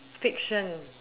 fiction